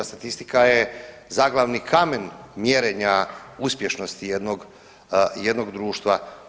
Statistika je zaglavni kamen mjerenja uspješnosti jednog, jednog društva.